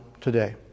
today